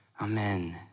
Amen